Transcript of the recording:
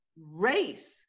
race